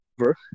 over